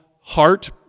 heart